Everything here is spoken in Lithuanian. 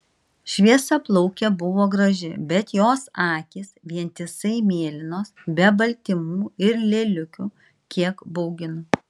šviesiaplaukė buvo graži bet jos akys vientisai mėlynos be baltymų ir lėliukių kiek baugino